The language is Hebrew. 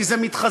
כי זה מתחזק.